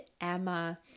Emma